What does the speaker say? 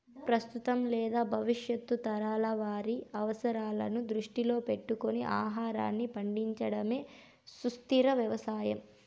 ప్రస్తుతం లేదా భవిష్యత్తు తరాల వారి అవసరాలను దృష్టిలో పెట్టుకొని ఆహారాన్ని పండించడమే సుస్థిర వ్యవసాయం